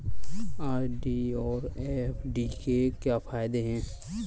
RD और FD के क्या फायदे हैं?